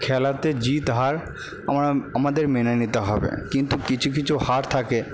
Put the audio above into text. খেলাতে জিত হার আমাদের আমাদের মেনে নিতে হবে কিন্তু কিছু কিছু হার থাকে